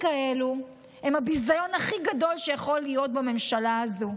כאלה הם הביזיון הכי גדול שיכול להיות בממשלה הזאת.